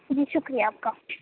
جی شُکریہ آپ کا